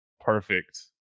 perfect